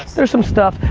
there's some stuff,